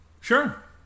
sure